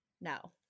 No